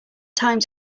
times